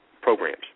programs